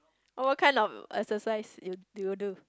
oh what kind of exercise you do you do